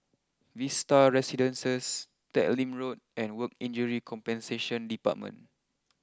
Vista Residences Teck Lim Road and Work Injury Compensation Department